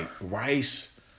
rice